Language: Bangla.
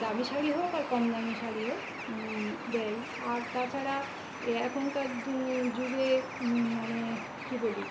দামি শাড়ি হোক আর কম দামি শাড়ি হোক দেয় আর তাছাড়া এ এখনকার দু যুগে মানে কী বলি